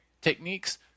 techniques